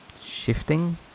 shifting